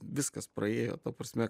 viskas praėjo ta prasme